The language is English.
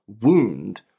wound